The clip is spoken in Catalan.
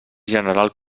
general